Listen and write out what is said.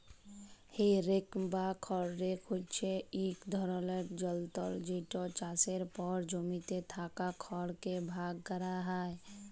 হে rake বা খড় rake হছে ইক ধরলের যলতর যেট চাষের পর জমিতে থ্যাকা খড়কে ভাগ ক্যরা হ্যয়